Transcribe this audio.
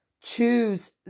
choose